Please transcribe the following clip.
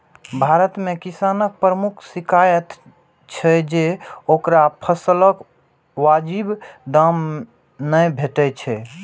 भारत मे किसानक प्रमुख शिकाइत छै जे ओकरा फसलक वाजिब दाम नै भेटै छै